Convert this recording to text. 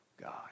God